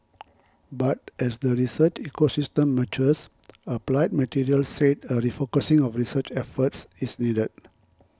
but as the research ecosystem matures Applied Materials said a refocusing of research efforts is needed